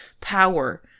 power